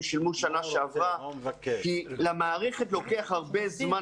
שילמו בשנה שעברה כי למערכת לוקח הרבה זמן,